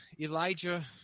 Elijah